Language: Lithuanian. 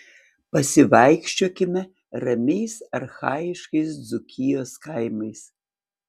pasivaikščiokime ramiais archaiškais dzūkijos kaimais